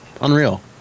unreal